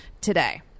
today